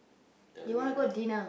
the other way around